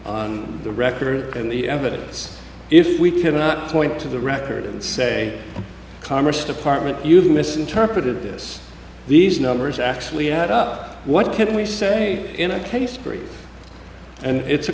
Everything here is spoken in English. on the record and the evidence if we cannot point to the record and say commerce department you've misinterpreted this these numbers actually add up what can we say in a case three and it's a